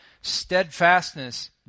steadfastness